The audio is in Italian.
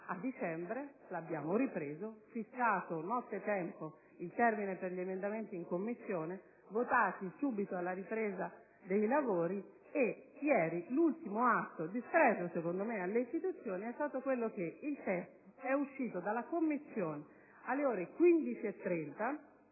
a dicembre l'abbiamo ripreso, fissato nottetempo il termine per gli emendamenti in Commissione, votati subito alla ripresa dei lavori, e ieri, l'ultimo atto - a mio avviso - di spregio alle istituzioni è stato che questo testo è uscito dalla Commissione alle ore 15,30